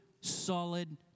solid